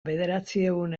bederatziehun